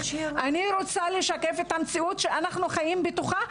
אני רוצה לשקף את המציאות שאנחנו חיים בתוכה,